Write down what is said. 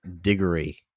Diggory